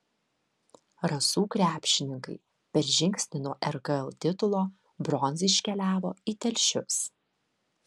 rasų krepšininkai per žingsnį nuo rkl titulo bronza iškeliavo į telšius